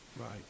Right